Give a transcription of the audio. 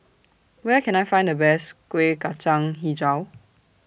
Where Can I Find The Best Kueh Kacang Hijau